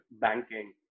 banking